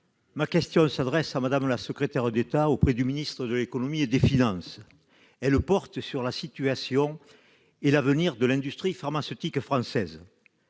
Ma question s'adresse à Mme la secrétaire d'État auprès du ministre de l'économie et des finances. Elle porte sur la situation et sur l'avenir de l'industrie pharmaceutique française.